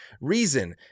reason